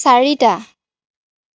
চাৰিটা